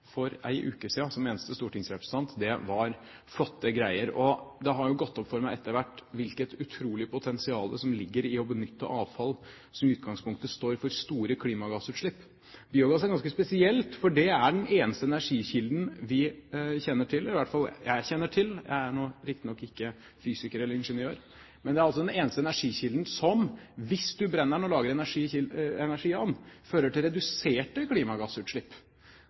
for en uke siden, som eneste stortingsrepresentant. Det var flotte greier. Det har gått opp for meg etter hvert hvilket utrolig potensial som ligger i å benytte avfall som i utgangspunktet står for store klimagassutslipp. Biogass er ganske spesielt, for det er den eneste energikilden vi kjenner til – iallfall som jeg kjenner til, jeg er riktignok ikke fysiker eller ingeniør – som hvis man brenner den og lager energi av den, fører til reduserte klimagassutslipp. Dette er altså avfall som ellers fører til store klimagassutslipp.